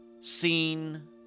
seen